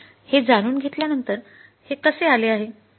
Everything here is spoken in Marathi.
हे जाणून घेतल्यानंतर हे कसे आले आहे